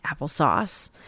applesauce